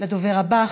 לדובר הבא.